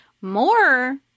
more